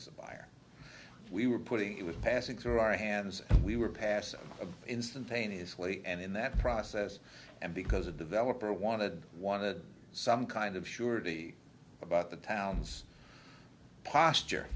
fire we were putting it was passing through our hands and we were passing instantaneously and in that process and because a developer wanted wanted some kind of surety about the town's posture